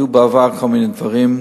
היו בעבר כל מיני דברים,